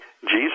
Jesus